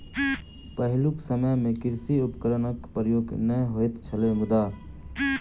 पहिलुक समय मे कृषि उपकरणक प्रयोग नै होइत छलै मुदा